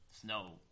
Snow